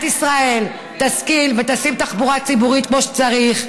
ישראל תשכיל ותשים תחבורה ציבורית כמו שצריך,